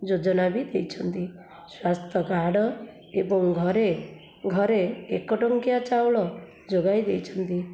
ଯୋଜନା ବି ଦେଇଛନ୍ତି ସ୍ୱାସ୍ଥ୍ୟ କାର୍ଡ଼ ଏବଂ ଘରେ ଘରେ ଏକ ଟଙ୍କିଆ ଚାଉଳ ଯୋଗାଇ ଦେଇଛନ୍ତି